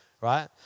right